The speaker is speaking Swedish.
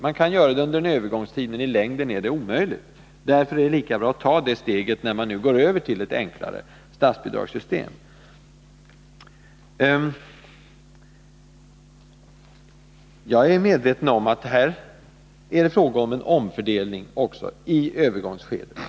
Man kan göra det under en övergångstid, men i längden är det omöjligt. Därför är det lika bra att ta det här steget, när man nu går över till ett enklare statsbidragssystem. Jag är medveten om att det här också är fråga om en omfördelning i övergångsskedet.